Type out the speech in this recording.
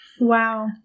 Wow